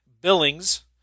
Billings